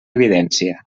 evidència